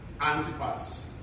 Antipas